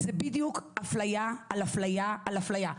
זה בדיוק אפליה על אפליה, על אפליה.